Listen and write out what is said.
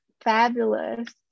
fabulous